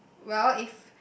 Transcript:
well if